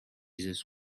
this